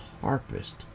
harpist